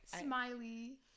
Smiley